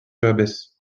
abbesse